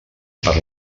per